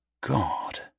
God